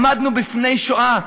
עמדנו בפני שואה: